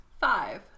Five